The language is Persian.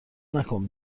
نکن